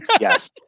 Yes